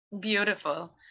Beautiful